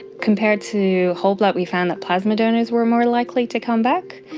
compared to whole blood we found that plasma donors were more likely to come back.